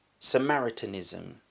Samaritanism